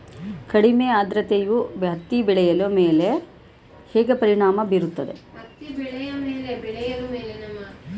ಕಡಿಮೆ ಆದ್ರತೆಯು ಹತ್ತಿ ಬೆಳೆಯ ಮೇಲೆ ಹೇಗೆ ಪರಿಣಾಮ ಬೀರುತ್ತದೆ?